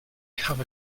have